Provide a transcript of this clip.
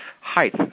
height